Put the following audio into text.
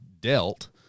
dealt